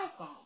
iPhone